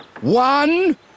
one